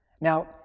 Now